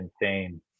insane